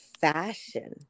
fashion